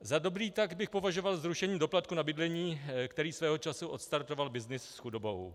Za dobrý tah bych považoval zrušení doplatku na bydlení, který svého času odstartoval byznys s chudobou.